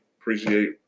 appreciate